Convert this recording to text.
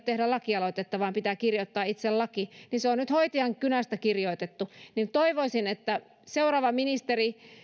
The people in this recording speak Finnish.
tehdä lakialoitetta vaan pitää kirjoittaa itse laki ja se on nyt hoitajan kynästä kirjoitettu toivoisin että seuraava ministeri